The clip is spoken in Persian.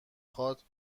خواد